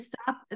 stop